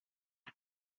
com